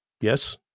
Yes